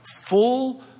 Full